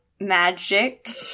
magic